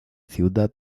ciudad